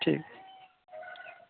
ঠিক আছে